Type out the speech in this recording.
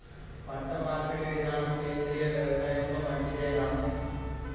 పంటమార్పిడి విధానము సేంద్రియ వ్యవసాయంలో మంచిదేనా?